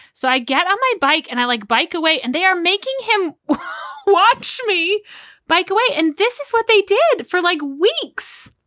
so i get on my bike and i like, bike away and they are making him watch me bike away. and this is what they did for like weeks.